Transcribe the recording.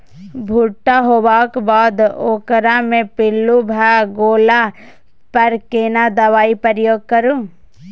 भूट्टा होबाक बाद ओकरा मे पील्लू भ गेला पर केना दबाई प्रयोग करू?